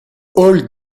hall